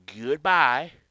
goodbye